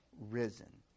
risen